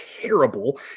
terrible